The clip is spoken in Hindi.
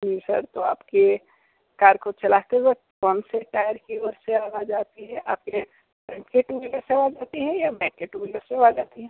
जी सर तो आपके कार को चलाते वक़्त कौन से टायर की ओर से आवाज़ आती है आपके फ्रंट के टू व्हीलर से आवाज़ आती है या बैक के टू व्हीलर से आवाज़ आती है